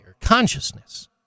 consciousness